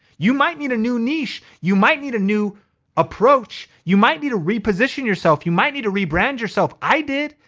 you might need a new niche. you might need a new approach. you might need to reposition yourself. you might need to rebrand yourself. i did.